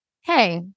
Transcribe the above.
hey